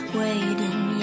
waiting